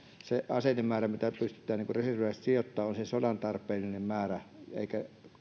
se aseiden määrä ja mitä pystytään reserviläisiä sijoittamaan on se sodanajan tarpeellinen määrä eikä